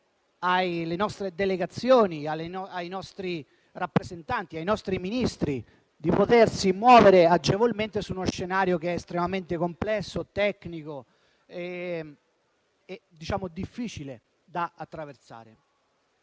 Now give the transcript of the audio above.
alle nostre delegazioni, ai nostri rappresentanti e ai nostri Ministri di potersi muovere agevolmente nell'ambito di uno scenario estremamente complesso, tecnico e difficile da gestire.